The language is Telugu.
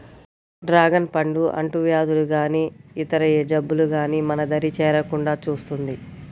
డ్రాగన్ పండు అంటువ్యాధులు గానీ ఇతర ఏ జబ్బులు గానీ మన దరి చేరకుండా చూస్తుంది